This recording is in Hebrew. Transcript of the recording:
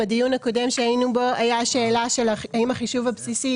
בדיון הקודם שהיינו בו הייתה שאלה אם החישוב הבסיסי